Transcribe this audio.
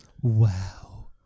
Wow